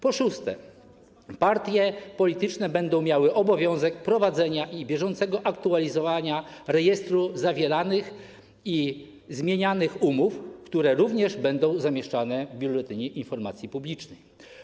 Po szóste, partie polityczne będą miały obowiązek prowadzenia i bieżącego aktualizowania rejestru zawieranych i zmienianych umów, które również będą zamieszczane w Biuletynie Informacji Publicznej.